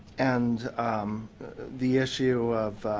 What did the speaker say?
and the issue of